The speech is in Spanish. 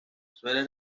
suele